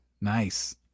nice